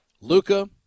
Luca